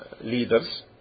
leaders